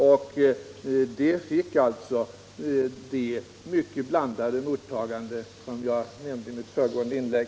Förslaget fick därvid det mycket blandade mottagande som jag redovisade i mitt föregående inlägg.